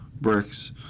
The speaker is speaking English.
bricks